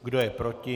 Kdo je proti?